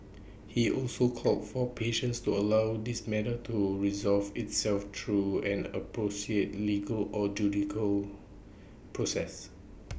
he also called for patience to allow this matter to resolve itself through an appropriate legal or judicial process